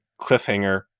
cliffhanger